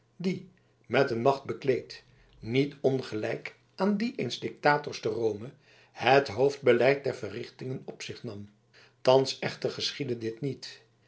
die met een macht bekleed niet ongelijk aan die eens dictators te rome het hoofdbeleid der verrichtingen op zich nam thans echter geschiedde dit niet